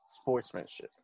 sportsmanship